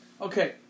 okay